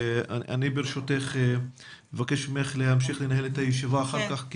אני ברשותך מבקש ממך להמשיך לנהל את הישיבה אחר כך,